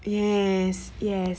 yes yes